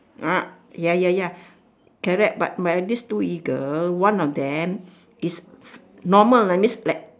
ah ya ya ya correct but my these two eagle one of them is normal like means that